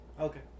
Okay